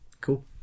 cool